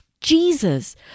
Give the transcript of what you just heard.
Jesus